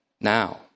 Now